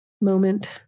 moment